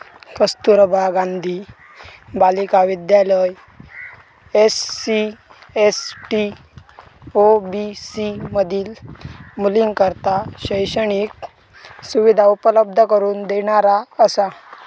कस्तुरबा गांधी बालिका विद्यालय SC, ST, OBC मधील मुलींकरता शैक्षणिक सुविधा उपलब्ध करून देणारा असा